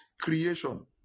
creation